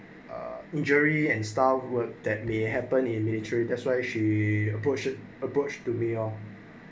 uh injury and staff work that may happen in military that's why she approached approach to me lor